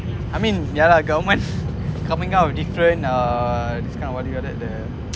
I mean yeah lah government coming out of different ah it's kind of idea that the